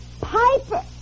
Piper